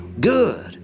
Good